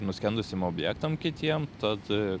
nuskendusiem objektams kitiem tad